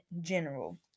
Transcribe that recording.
general